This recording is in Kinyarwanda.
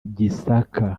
gisaka